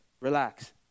Relax